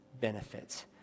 benefits